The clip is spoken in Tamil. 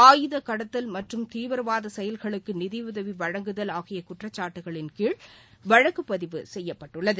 ஆயுதக் கடத்தல் மற்றும் தீவிரவாத செயல்களுக்கு நிதியுதவி வழங்குதல் ஆகிய குற்றச்சாட்டுகளின்கீழ் அவர்மீது வழக்குப் பதிவு செய்யப்பட்டுள்ளது